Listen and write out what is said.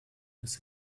dass